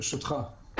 ברשותך,